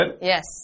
Yes